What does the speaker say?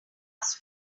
last